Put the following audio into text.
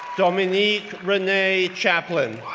dominique renee chaplin,